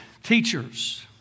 teachers